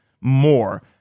more